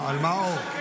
על מה או-הו?